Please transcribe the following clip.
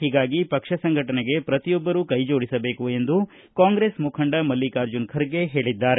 ಹೀಗಾಗಿ ಪಕ್ಷ ಸಂಘಟನೆಗೆ ಪ್ರತಿಯೊಬ್ಬರು ಕೈ ಜೋಡಿಸಬೇಕು ಎಂದು ಕಾಂಗ್ರೆಸ್ ಮುಖಂಡ ಮಲ್ಲಿಕಾರ್ಜುನ ಖರ್ಗೆ ಹೇಳಿದ್ದಾರೆ